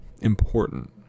important